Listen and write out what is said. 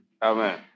Amen